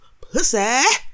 pussy